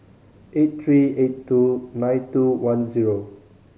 eight three eight two nine two one zero